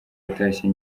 yatashye